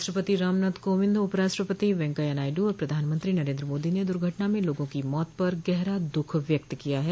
राष्ट्रपति रामनाथ कोविंद उपराष्ट्रपति वेंकैया नायडू और प्रधानमंत्री नरेन्द्र मोदी ने दुघटना में लोगों की मौत पर गहरा दुःख व्यक्त किया है